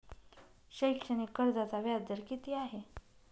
शैक्षणिक कर्जाचा व्याजदर किती आहे?